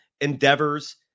endeavors